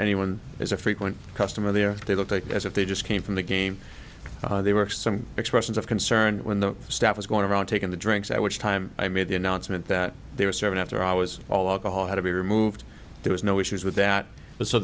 anyone is a frequent customer there they will take it as if they just came from the game they work some expressions of concern when the staff is going around taking the drinks at which time i made the announcement that they were serving after i was all alcohol had to be removed there was no issues with that but so